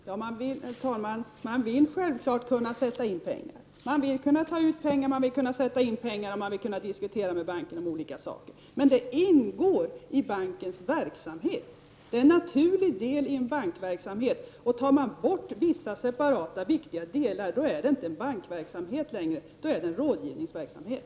Herr talman! Man vill självfallet kunna sätta in pengar, ta ut pengar och diskutera olika saker med banken. Detta ingår som något naturligt i en bank verksamhet, och tar man bort vissa viktiga delar, då är det inte längre bankverksamhet utan en rådgivningsverksamhet.